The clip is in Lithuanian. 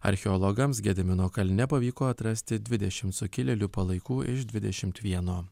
archeologams gedimino kalne pavyko atrasti dvidešimt sukilėlių palaikų iš dvidešimt vieno